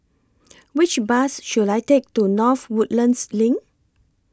Which Bus should I Take to North Woodlands LINK